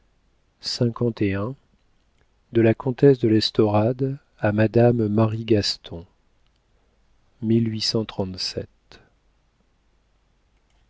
lv la comtesse de l'estorade a madame gaston